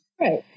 Right